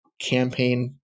campaign